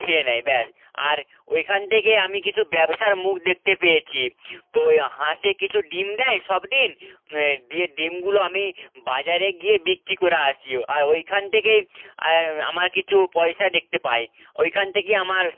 খেয়ে নেয় ব্যাস আর ওইখান থেকে আমি কিছু ব্যবসার মুখ দেখতে পেয়েছি ওই হাঁসে কিছু ডিম দেয় সব দিন দিয়ে ডিমগুলো আমি বাজারে গিয়ে বিক্রি করে আসিও আর ওইখান থেকেই আমার কিছু পয়সা দেখতে পাই ওইখান থেকে আমার